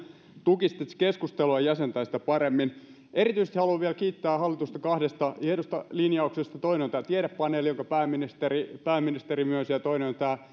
tukisi tätä keskustelua ja jäsentäisi sitä paremmin haluan vielä kiittää hallitusta erityisesti kahdesta hienosta linjauksesta toinen on tämä tiedepaneeli jonka pääministeri pääministeri myönsi ja toinen on